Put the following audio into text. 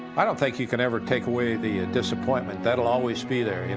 i don't think you can ever take away the disappointment. that will always be there. you know